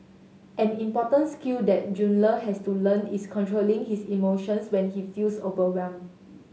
an important skill that Jun Le has to learn is controlling his emotions when he feels overwhelmed